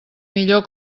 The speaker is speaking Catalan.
millor